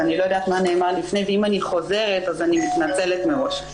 אז אני לא יודעת מה נאמר לפני ואם אני חוזרת אז אני מתנצלת מראש.